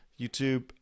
YouTube